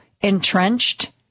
entrenched